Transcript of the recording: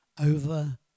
over